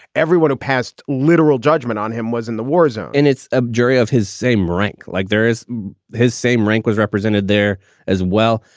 everyone who passed literal judgment on him was in the war zone and it's a jury of his same rank like there is his same rank was represented there as well.